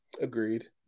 Agreed